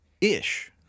Ish